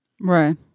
Right